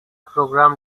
program